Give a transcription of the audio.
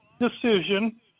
decision